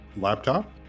laptop